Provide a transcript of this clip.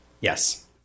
Yes